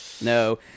No